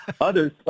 Others